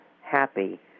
happy